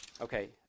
Okay